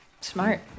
Smart